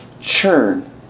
churn